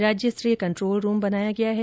राज्यस्तरीय control room बनाया गया है